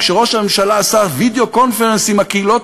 כשראש הממשלה עשה וידיאו-קונפרנס עם הקהילות